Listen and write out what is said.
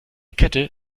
kette